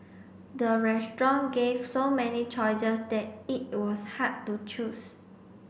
the restaurant gave so many choices that it was hard to choose